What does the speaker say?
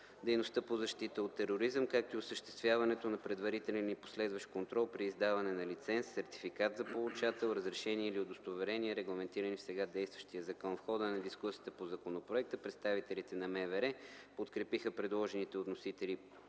дейност и защитата от тероризъм, както и осъществяването на предварителен и последващ контрол при издаване на лиценз, сертификат за получател, разрешение или удостоверение, регламентирани в сега действащия закон. В хода на дискусията по законопроекта представителите на Министерството на вътрешните работи